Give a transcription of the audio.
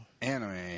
Anime